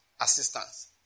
assistance